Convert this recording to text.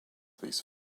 these